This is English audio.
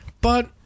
but-